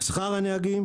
"שכר הנהגים,